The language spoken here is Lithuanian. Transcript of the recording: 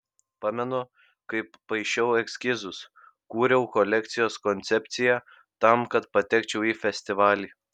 pamenu kaip paišiau eskizus kūriau kolekcijos koncepciją tam kad patekčiau į festivalį